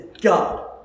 God